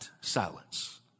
silence